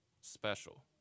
special